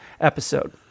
episode